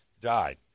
died